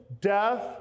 death